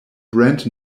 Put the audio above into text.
brand